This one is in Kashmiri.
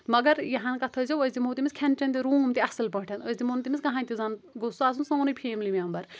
مگر یہِ ہان کَتھ تھٲیزٮ۪و أسۍ دِمو تٔمِس کھٮ۪ن چٮ۪ن تہِ روٗم تہِ اصٕلۍ پٲٹھۍ أسۍ دِمو نہٕ تٔمِس کہٕنۍ تہِ زَن گوٚژھ سُہ آسُن سونُے فیملی مٮ۪مبر